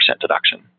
deduction